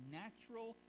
natural